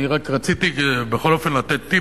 אני רק רציתי, בכל אופן, לתת טיפ.